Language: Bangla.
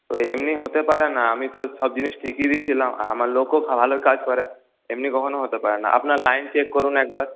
এমনি হতে পারে না আমি তো সব জিনিস ঠিকই দিয়েছিলাম আমার লোকও ভালোই কাজ করে এমনি কখনো হতে পারে না আপনার লাইন চেক করুন একবার